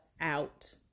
out